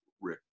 Rick